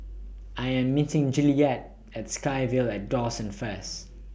I Am meeting July yet At SkyVille At Dawson First